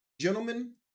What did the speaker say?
gentlemen